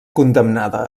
condemnada